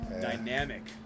dynamic